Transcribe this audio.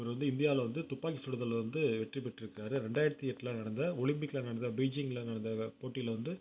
இவரு வந்து இந்தியாவில் வந்து துப்பாக்கி சுடுதலில் வந்து வெற்றி பெற்றிருக்காரு ரெண்டாயிரத்தி எட்டில் நடந்த ஒலிம்பிக்கில் நடந்த பெய்ஜிங்கில் நடந்த போட்டியில் வந்து